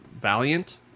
Valiant